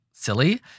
Silly